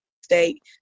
state